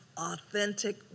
authentic